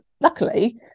luckily